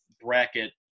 bracket